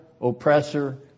oppressor